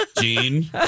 Gene